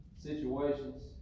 situations